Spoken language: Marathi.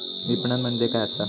विपणन म्हणजे काय असा?